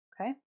Okay